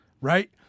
right